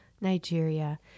Nigeria